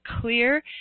clear